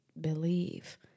believe